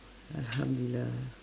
alhamdulillah